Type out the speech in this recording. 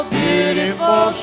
beautiful